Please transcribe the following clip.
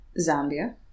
Zambia